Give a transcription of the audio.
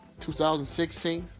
2016